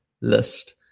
list